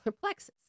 plexus